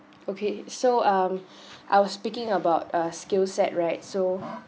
okay so um I was speaking about a skill set right so